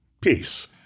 peace